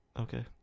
Okay